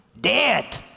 dead